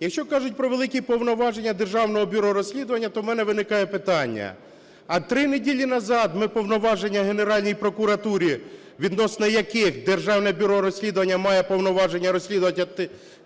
Якщо кажуть про великі повноваження Державного бюро розслідування, то у мене виникає питання: а три неділі назад ми повноваження Генеральній прокуратурі, відносно яких Державне бюро розслідування має повноваження